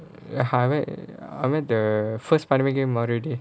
I meant the first spiderman game already